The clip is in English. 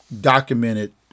documented